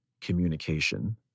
communication